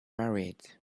married